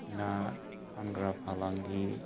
ना फानग्रा फालांगि